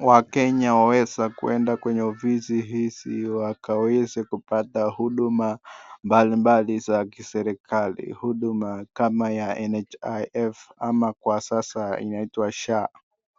waKenya waweza kuenda kwenye ofisi hizi wakaweze kupata huduma mbalimbali za kiserikali, huduma kama NHIF ama kwasasa inaitwa SHA .